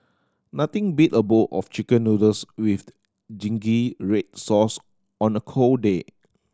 nothing beat a bowl of Chicken Noodles with the zingy red sauce on a cold day